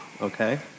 Okay